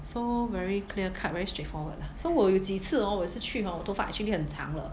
so very clear cut very straightforward so 我有几次 hor 我也是去 hor 我头发 actually 很长了